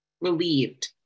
relieved